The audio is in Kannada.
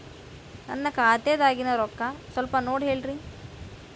ನನ್ನ ಖಾತೆದಾಗಿನ ರೊಕ್ಕ ಸ್ವಲ್ಪ ನೋಡಿ ಹೇಳ್ರಿ